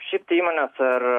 šiaip tai įmonės ar